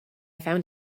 found